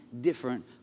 different